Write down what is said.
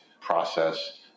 process